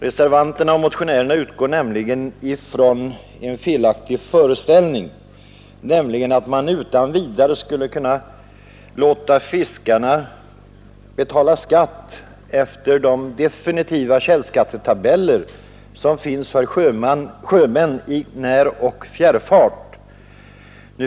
Reservanterna och motionärerna utgår nämligen från en felaktig föreställning: att man utan vidare skulle kunna låta fiskarna betala skatt efter de definitiva källskattetabeller som finns för sjömän i näroch fjärrfart.